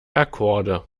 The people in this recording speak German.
akkorde